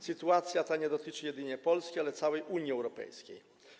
Sytuacja ta nie dotyczy jedynie Polski, ale całej Unii Europejskiej.